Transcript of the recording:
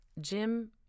Jim